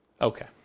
Okay